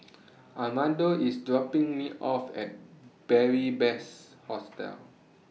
Armando IS dropping Me off At Beary Best Hostel